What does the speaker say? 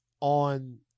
on